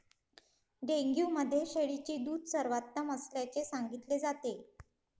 dengue मध्ये शेळीचे दूध सर्वोत्तम असल्याचे सांगितले जाते